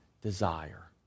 desire